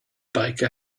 biker